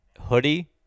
hoodie